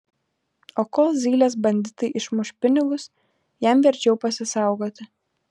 o kol zylės banditai išmuš pinigus jam verčiau pasisaugoti